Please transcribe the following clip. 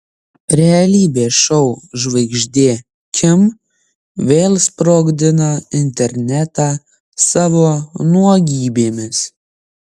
realybės šou žvaigždė kim vėl sprogdina internetą savo nuogybėmis